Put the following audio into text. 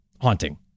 haunting